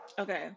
Okay